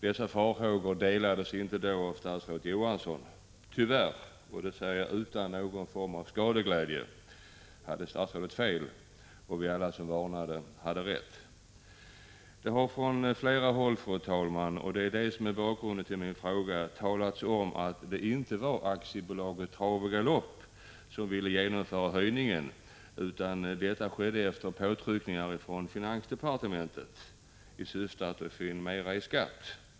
Dessa farhågor delades inte av statsrådet Johansson — tyvärr, och det säger jag utan någon form av skadeglädje. Statsrådet hade fel, och vi som varnade hade rätt. Det har, fru talman, från flera håll — och det är detta som är bakgrunden till min fråga — talats om att det inte var Aktiebolaget Trav och Galopp som ville genomföra höjningen, utan detta skedde efter påtryckningar från finansdepartementet i syfte att få in mera i skatt.